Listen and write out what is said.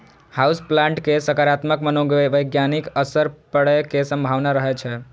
house plant के सकारात्मक मनोवैज्ञानिक असर पड़ै के संभावना रहै छै